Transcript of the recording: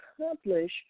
accomplish